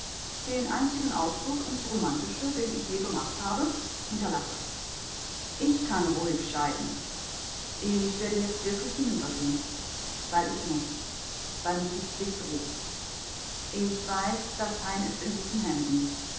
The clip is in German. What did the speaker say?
den einzigen ausflug ins romantische den ich je gemacht habe hinterlasse ich kann ruhig scheiden ich werde jetzt wirklich hinübergehen weil ich muß weil mich die pflicht ruft ich weiß das heim ist in guten händen